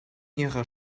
ihrer